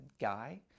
guy